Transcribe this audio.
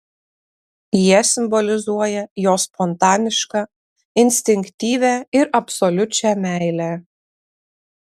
jie simbolizuoja jo spontanišką instinktyvią ir absoliučią meilę